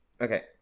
Okay